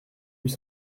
huit